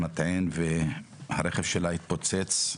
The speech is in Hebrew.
מטען והרכב שלה התפוצץ.